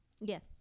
Yes